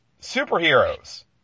superheroes